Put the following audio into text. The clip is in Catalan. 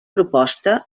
proposta